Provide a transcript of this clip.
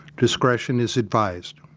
discretion is advised